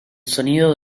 sonido